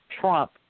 trump